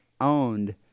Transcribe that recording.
owned